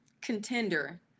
contender